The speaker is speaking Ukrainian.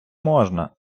можна